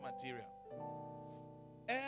material